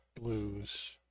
blues